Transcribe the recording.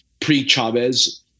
pre-Chavez